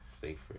safer